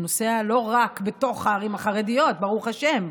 הוא נוסע לא רק בתוך הערים החרדיות, ברוך השם.